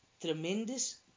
tremendous